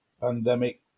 pandemic